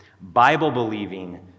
Bible-believing